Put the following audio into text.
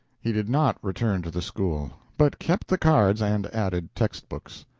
he did not return to the school, but kept the cards and added text-books.